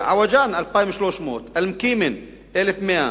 עוג'אן, 2,300, אל-מכימן, 1,100,